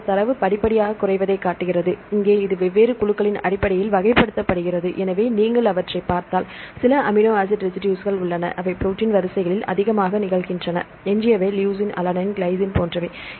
இந்தத் தரவு படிப்படியாகக் குறைவதைக் காட்டுகிறது இங்கே இது வெவ்வேறு குழுக்களின் அடிப்படையில் வகைப்படுத்தப்படுகிறது எனவேநீங்கள் அவற்றை பார்த்தால் சில அமினோ ஆசிட் ரெசிடுஸ்கள் உள்ளன அவை ப்ரோடீன் வரிசைகளில் அதிகமாக நிகழ்கின்றன எஞ்சியவை லுசின் அலனைன் கிளைசின் போன்றவை ஆகும்